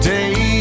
Day